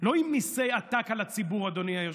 לא עם מיסי עתק על הציבור, אדוני היושב-ראש.